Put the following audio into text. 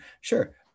sure